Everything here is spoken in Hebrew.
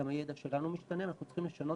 גם הידע שלנו משתנה ואנחנו צריכים לשנות